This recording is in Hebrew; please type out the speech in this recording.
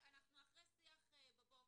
עכשיו, אנחנו אחרי שיח בבוקר.